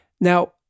now